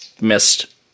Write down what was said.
missed